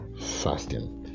Fasting